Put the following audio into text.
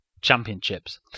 Championships